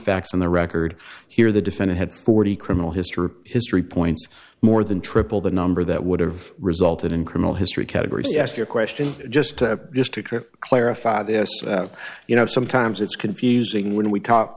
facts on the record here the defendant had forty criminal history history points more than triple the number that would have resulted in criminal history category so ask your question just to just to clarify this you know sometimes it's confusing when we talk